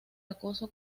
acoso